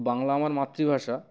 বাংলা আমার মাতৃভাষা